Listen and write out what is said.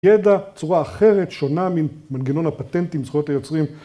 ידע צורה אחרת, שונה מן מנגנון הפטנטים זכויות היוצרים.